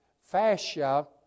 fascia